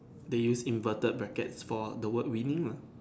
they used inverted bracket for the word winning lah